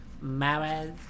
Marriage